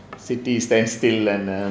city stand still and err